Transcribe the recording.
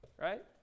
right